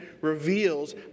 reveals